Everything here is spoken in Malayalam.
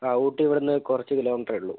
അ ഊട്ടി ഇവിടെ നിന്ന് കുറച്ച് കിലോമീറ്ററെ ഉള്ളൂ